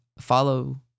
follow